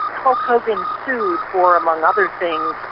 hulk hogan sued for, among other things,